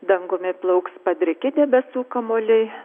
dangumi plauks padriki debesų kamuoliai